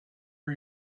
are